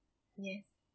yeah